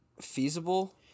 feasible